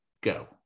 go